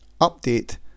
update